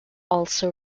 also